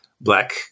black